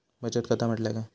बचत खाता म्हटल्या काय?